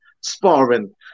sparring